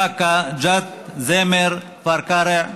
באקה, ג'ת, זמר, כפר קרע,